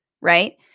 right